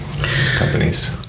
companies